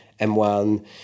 M1